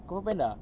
kung fu panda